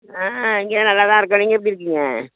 ஆ இங்கெலாம் நல்லா தான் இருக்கோம் நீங்கள் எப்படி இருக்கீங்க